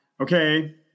okay